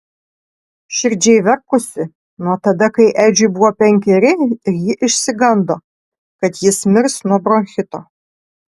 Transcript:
širdžiai verkusi nuo tada kai edžiui buvo penkeri ir ji išsigando kad jis mirs nuo bronchito